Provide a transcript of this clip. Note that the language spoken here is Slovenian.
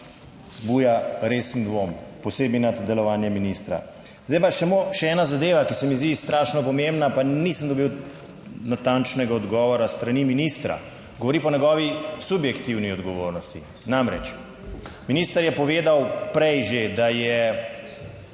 vzbuja resen dvom, posebej na delovanje ministra. Zdaj pa samo še ena zadeva, ki se mi zdi strašno pomembna, pa nisem dobil natančnega odgovora s strani ministra, govori pa o njegovi subjektivni odgovornosti. Namreč, minister je povedal prej že, da je